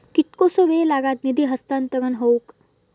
कितकोसो वेळ लागत निधी हस्तांतरण हौक?